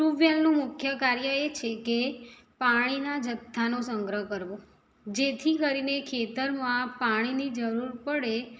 ટ્યુબવેલનું મુખ્ય કાર્ય એ છે કે પાણીના જથ્થાનો સંગ્રહ કરવો જેથી કરીને ખેતરમાં પાણીની જરૂર પડે